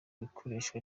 ikoreshwa